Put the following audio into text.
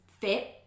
fit